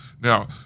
Now